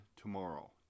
tomorrow